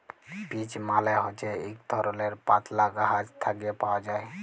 peach মালে হছে ইক ধরলের পাতলা গাহাচ থ্যাকে পাউয়া যায়